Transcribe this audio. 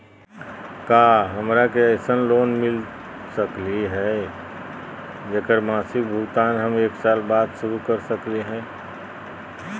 का हमरा के ऐसन लोन मिलता सकली है, जेकर मासिक भुगतान हम एक साल बाद शुरू कर सकली हई?